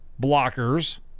blockers